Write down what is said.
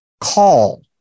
Call